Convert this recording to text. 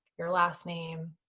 your last name,